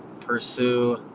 pursue